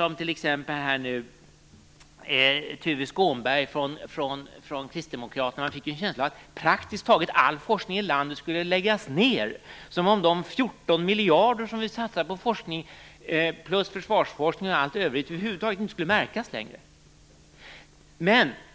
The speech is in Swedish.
Av vad t.ex. Tuve Skånberg från kd sade fick man en känsla av att praktiskt taget all forskning i landet skall läggas ned, som om de 14 miljarder som vi satsar på forskning liksom på försvarsforskning och annat övrigt över huvud taget inte skulle märkas längre.